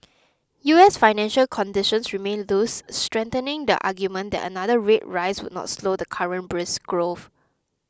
U S financial conditions remain loose strengthening the argument that another rate rise would not slow the current brisk growth